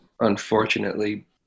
unfortunately